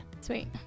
sweet